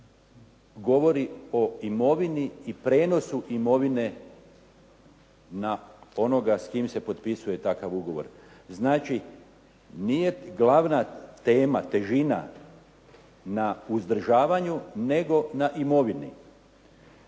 govori o imovini i prijenosu imovine na onoga s kim se potpisuje takav ugovor. Znači, nije glavna tema, težina na uzdržavanju, nego na imovini.